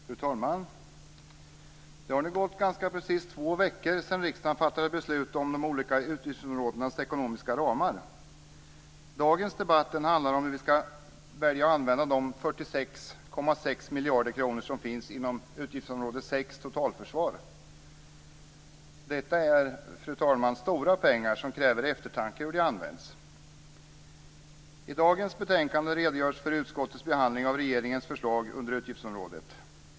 Fru talman! Det har nu gått ganska precis två veckor sedan riksdagen fattade beslut om de olika utgiftsområdenas ekonomiska ramar. Dagens debatt handlar om hur vi ska använda de 46,6 miljarder kronor som finns inom utgiftsområde 6 Totalförsvaret. Fru talman! Detta är stora pengar, och det kräver eftertanke hur de ska användas. I dagens betänkande redogörs för utskottets behandling av regeringens förslag under utgiftsområdet.